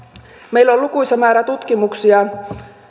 meillä on lukuisa määrä tutkimuksia